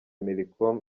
millicom